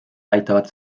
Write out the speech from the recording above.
aitavad